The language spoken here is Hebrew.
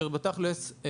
תודה.